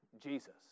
Jesus